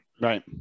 Right